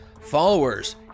followers